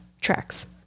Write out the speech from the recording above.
tracks